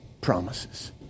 promises